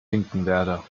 finkenwerder